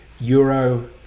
Euro